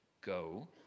go